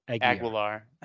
Aguilar